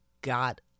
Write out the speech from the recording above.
got